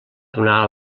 donar